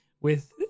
with-